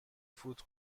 فوت